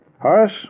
Horace